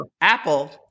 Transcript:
Apple